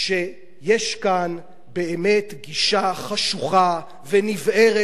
שיש כאן באמת גישה חשוכה ונבערת,